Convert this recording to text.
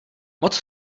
moc